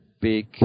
big